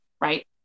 right